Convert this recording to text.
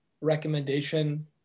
recommendation